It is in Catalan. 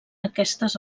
aquestes